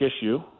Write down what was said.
issue